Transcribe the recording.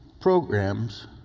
programs